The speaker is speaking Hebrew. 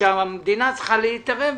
שהמדינה צריכה להתערב בזה,